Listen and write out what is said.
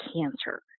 cancer